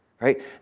right